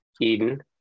Eden